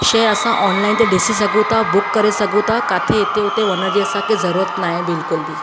शइ असां ऑनलाइन ते ॾिसी सघूं था बुक करे सघूं था किथे हिते हुते वञण जी असां खे ज़रूरत नाहे बिल्कुल बि